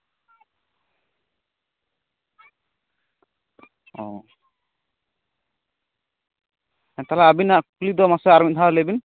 ᱚ ᱦᱮᱸ ᱛᱟᱦᱚᱞᱮ ᱟᱵᱤᱱᱟᱜ ᱠᱩᱠᱞᱤ ᱫᱚ ᱢᱟᱥᱮ ᱟᱨ ᱢᱤᱫ ᱫᱷᱟᱣ ᱞᱟᱹᱭ ᱵᱤᱱ